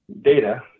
data